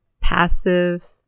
passive